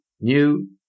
new